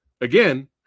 again